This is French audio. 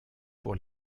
pour